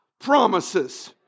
promises